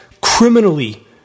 criminally